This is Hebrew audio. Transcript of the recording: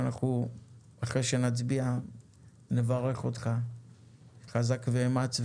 אחרי שנצביע נברך אותך חזק ואמץ,